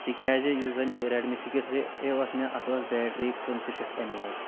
تِکیٛازِ یُس زَن یہِ ریڈ می سِکِس یہِ یہِ اوس مےٚ اَتھ اوس بیٹری پٕنٛژٕ شَتھ ایم اے ایچ